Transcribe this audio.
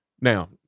Now